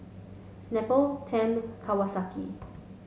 Snapple Tempt Kawasaki